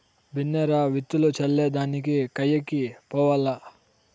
బిన్నే రా, విత్తులు చల్లే దానికి కయ్యకి పోవాల్ల